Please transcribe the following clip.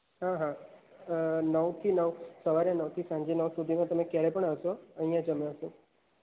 હા હા નવથી નવ સવારે નવથી સાંજે નવ સુધીમાં તમે ક્યારે પણ આવશો અહીં જ અમે હશું